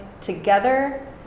together